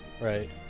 Right